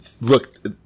Look